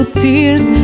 tears